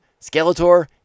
Skeletor